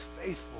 faithful